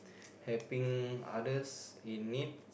helping others in need